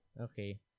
Okay